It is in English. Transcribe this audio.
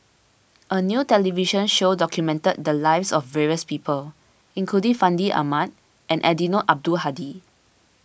a new television show documented the lives of various people including Fandi Ahmad and Eddino Abdul Hadi